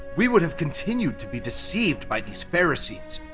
we would have continued to be deceived by these pharisees,